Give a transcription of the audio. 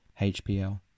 HPL